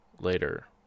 later